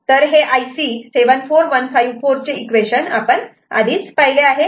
तर हे IC 74154 equation आपण आधीच पाहिले आहे